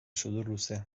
sudurluze